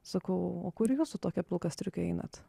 sakau o kur jūs su tokia pilka striuke einat